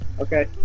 okay